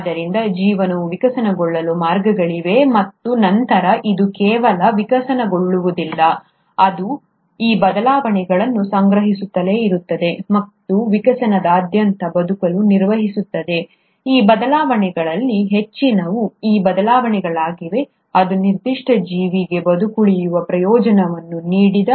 ಆದ್ದರಿಂದ ಜೀವನವು ವಿಕಸನಗೊಳ್ಳುವ ಮಾರ್ಗಗಳಿವೆ ಮತ್ತು ನಂತರ ಅದು ಕೇವಲ ವಿಕಸನಗೊಳ್ಳುವುದಿಲ್ಲ ಅದು ಈ ಬದಲಾವಣೆಗಳನ್ನು ಸಂಗ್ರಹಿಸುತ್ತಲೇ ಇರುತ್ತದೆ ಮತ್ತು ವಿಕಾಸದಾದ್ಯಂತ ಬದುಕಲು ನಿರ್ವಹಿಸಿದ ಈ ಬದಲಾವಣೆಗಳಲ್ಲಿ ಹೆಚ್ಚಿನವು ಆ ಬದಲಾವಣೆಗಳಾಗಿವೆ ಅದು ನಿರ್ದಿಷ್ಟ ಜೀವಿಗೆ ಬದುಕುಳಿಯುವ ಪ್ರಯೋಜನವನ್ನು ನೀಡಿದೆ